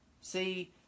See